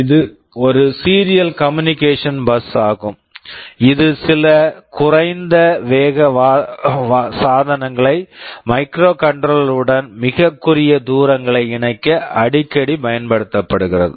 இது ஒரு serial communication bus serial communication bus ஆகும் இது சில குறைந்த வேக சாதனங்களை மைக்ரோகண்ட்ரோலர் microcontroller உடன் மிகக் குறுகிய தூரங்களை இணைக்க அடிக்கடி பயன்படுத்தப்படுகிறது